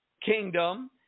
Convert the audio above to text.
kingdom